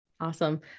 Awesome